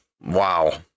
Wow